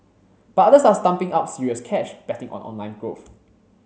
but others are stumping up serious cash betting on online growth